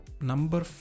Number